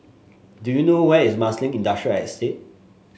do you know where is Marsiling Industrial Estate